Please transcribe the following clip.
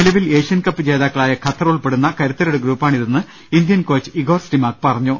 നിലവിൽ ഏഷ്യൻകപ്പ് ജേതാക്കളായ ഖത്തർ ഉൾപ്പെടുന്ന കരുത്തരുടെ ഗ്രൂപ്പാ ണിതെന്ന് ഇന്ത്യൻ കോച്ച് ഇഗോർ സ്റ്റിമാക് പറഞ്ഞു